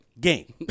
Game